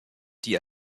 die